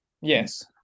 Yes